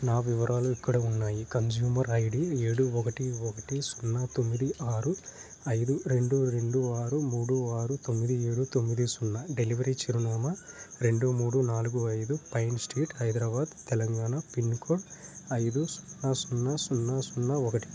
నా వివరాలు ఇక్కడ ఉన్నాయి కన్స్యూమర్ ఐడి ఏడు ఒకటి ఒకటి సున్నా తొమ్మిది ఆరు ఐదు రెండు రెండు ఆరు మూడు ఆరు తొమ్మిది ఏడు తొమ్మిది సున్నా డెలివరీ చిరునామా రెండు మూడు నాలుగు ఐదు pine street Hyderabad Telangana pincode ఐదు సున్నా సున్నా సున్నా సున్నా ఒకటి